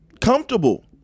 comfortable